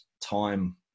time